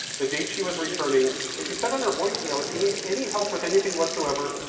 the date she was returning and she said on her voice mail, if you need any help with anything whatsoever,